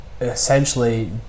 essentially